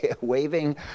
waving